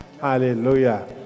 Hallelujah